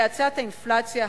האצת האינפלציה,